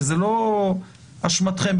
וזאת לא תהיה אשמתכם,